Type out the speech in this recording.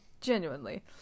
genuinely